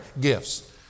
gifts